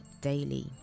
daily